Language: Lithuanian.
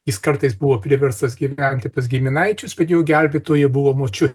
jis kartais buvo priverstas gyventi pas giminaičius kad jo gelbėtoja buvo močiu